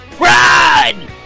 RUN